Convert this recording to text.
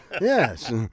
Yes